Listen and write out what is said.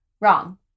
Wrong